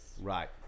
right